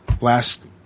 last